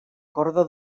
corda